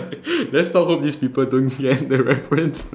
let's not hope these people don't get the reference